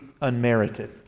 unmerited